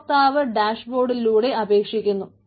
ഉപഭോക്താവ് ഡാഷ്ബോർഡിലൂടെ അപേക്ഷിക്കുന്നു